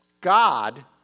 God